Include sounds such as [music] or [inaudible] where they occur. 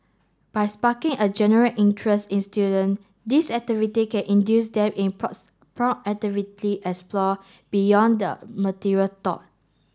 by sparking a general interest in student these activity can induce them in [unintelligible] proactively explore beyond the material taught